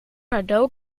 cadeau